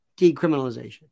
decriminalization